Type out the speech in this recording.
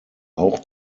auch